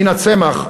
מינה צמח,